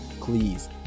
please